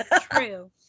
true